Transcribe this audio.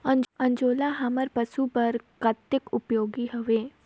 अंजोला हमर पशु बर कतेक उपयोगी हवे?